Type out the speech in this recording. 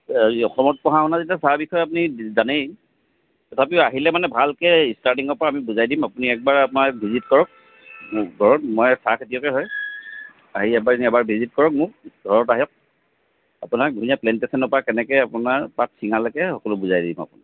অসমত পঢ়া শুনা যেতিয়া চাহ বিষয়ে আপুনি জানেই তথাপিও আহিলে মানে ভালকৈ ষ্টাৰ্টিঙৰ পৰা আমি বুজাই দিম আপুনি এবাৰ আমাক ভিজিট কৰক ধৰক মই চাহ খেতিয়কে হয় আহি এবাৰ এনে এবাৰ ভিজিট কৰক মোক ঘৰত আহক আপোনাক ধুনীয়া প্লেণ্টেশ্যনৰ পৰা কেনেকৈ আপোনাৰ পাত চিঙালৈকে সকলো বুজাই দিম আপোনাক